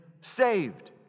saved